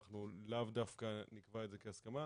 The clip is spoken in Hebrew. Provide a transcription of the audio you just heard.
אנחנו לאו דווקא נקבע את זה כהסכמה.